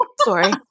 Sorry